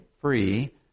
free